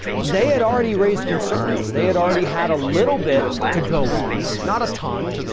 they had already raised concerns. they had already had a little bit to go on, not a ton,